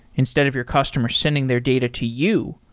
instead of your customer sending their data to you,